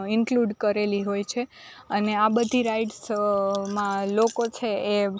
include કરેલી હોય છે અને આ બધી રાઇડ્સ માં લોકો છે એ